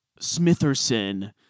Smitherson